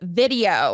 video